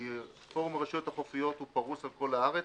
כי פורום הרשויות החופיות פרוס על כל הארץ.